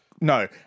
No